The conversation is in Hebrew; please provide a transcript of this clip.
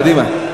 קדימה.